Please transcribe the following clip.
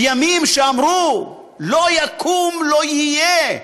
בימים שאמרו: לא יקום, לא יהיה,